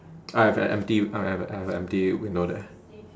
I have an empty I have I have a empty window there